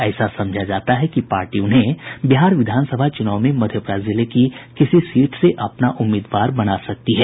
ऐसा समझा जाता है कि पार्टी उन्हें बिहार विधानसभा चुनाव में मधेपुरा जिले की किसी सीट से अपना उम्मीदवार बना सकती है